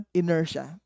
inertia